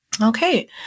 Okay